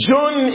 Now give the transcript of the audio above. John